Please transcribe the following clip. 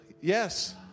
Yes